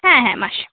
হ্যাঁ হ্যাঁ মাসে